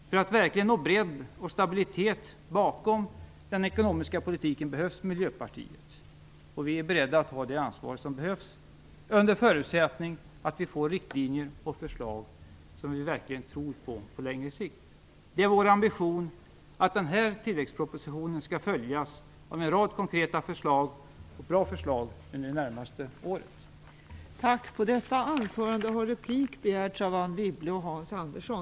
För att verkligen nå bredd och stabilitet bakom den ekonomiska politiken behövs Miljöpartiet. Vi är beredda att ta det ansvar som behövs under förutsättning att vi får riktlinjer och förslag som vi verkligen tror på på längre sikt. Det är vår ambition att den här tillväxtpropositionen skall följas av en rad konkreta och bra förslag under det närmaste året.